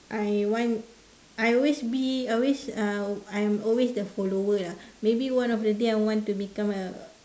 I want I always be always uh I am always the follower lah maybe one of the day I want to become a